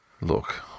Look